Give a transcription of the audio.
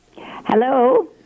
Hello